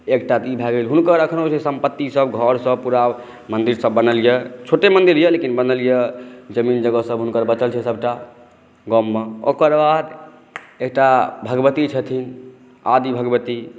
एकटा दिन रहै हुनकर अखनहुँ संपत्तिसभ घरसभ पूरा मंदिरसभ बनल यऽ छोटे मंदिर यऽ लेकिन बनल यऽ ज़मीन जगहसभ हुनकर बचल छै सभटा हुनका गाममे ओकर बाद एकटा भगवती छथिन आदि भगवती